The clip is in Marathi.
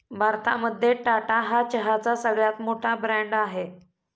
भारतामध्ये टाटा हा चहाचा सगळ्यात मोठा ब्रँड आहे